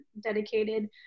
dedicated